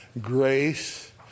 Grace